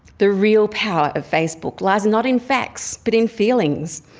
the real power of facebook lies not in facts but in feelings.